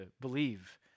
believe